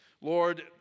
Lord